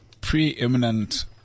Preeminent